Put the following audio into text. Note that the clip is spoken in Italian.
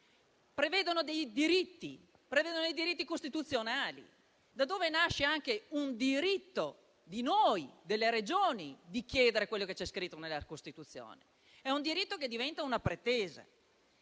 al vento. Si prevedono dei diritti costituzionali, da dove nasce anche un diritto di noi, delle Regioni, di chiedere quello che c'è scritto nella Costituzione. È un diritto che diventa una pretesa.